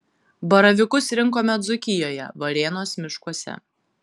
baravykus rinkome dzūkijoje varėnos miškuose